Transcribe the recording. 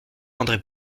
andré